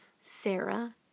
Sarah